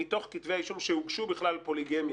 זה מתוך כתבי אישום שהוגשו בכלל על פוליגמיה.